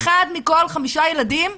אחד מכל חמישה ילדים,